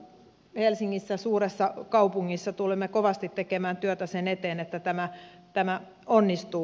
helsingissä suuressa kaupungissa tulemme kovasti tekemään työtä sen eteen että tämä onnistuu